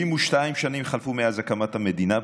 72 שנים חלפו מאז הקמת המדינה,